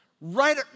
Right